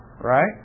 right